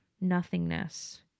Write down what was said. nothingness